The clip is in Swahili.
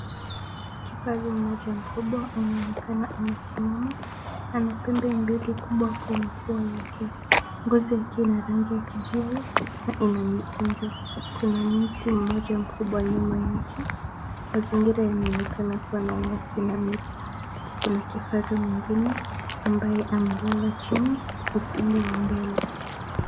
Kifaru mmoja mkubwa anaonekana amesimama. Ana pembe mbili kubwa kwenye pua yake, ngozi yake ni ya rangi ya kijivu na ina mikunjo. Kuna mti mmoja mkubwa nyuma yake. Mazingira inaonekana kuwa na nyasi na miti. Kuna kifaru mwingine ambaye amelala chini upande wa mbele.